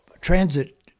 transit